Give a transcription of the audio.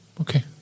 Okay